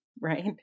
right